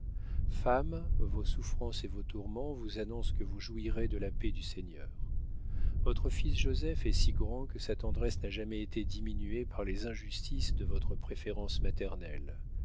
femme vos souffrances et vos tourments vous annoncent que vous jouirez de la paix du seigneur votre fils joseph est si grand que sa tendresse n'a jamais été diminuée par les injustices de votre préférence maternelle